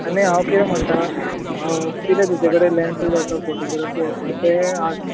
आनी हांव कितें म्हणटा कितें तुजे कडेन लँसीज आसा फॉटोग्राफी आसा तेंय हाड